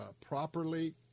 properly